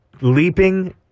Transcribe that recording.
Leaping